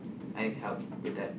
I need help with that